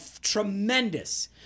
tremendous